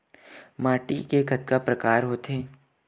माटी के कतका प्रकार होथे?